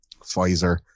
Pfizer